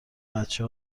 بچه